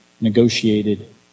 negotiated